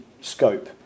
scope